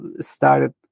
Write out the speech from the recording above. started